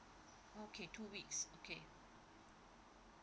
okay two weeks okay